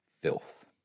filth